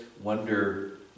wonder